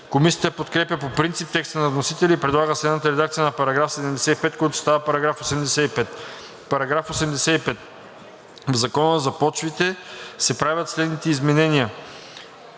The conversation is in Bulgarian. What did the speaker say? Комисията подкрепя по принцип текста на вносителя и предлага следната редакция на § 75, който става § 85. „§ 85. В Закона за почвите се правят следните изменения: